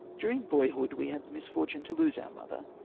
during boyhood we had the misfortune to lose our mother,